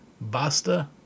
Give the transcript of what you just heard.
Basta